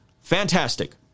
fantastic